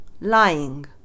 lying